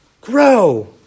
grow